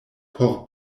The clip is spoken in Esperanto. por